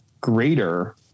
greater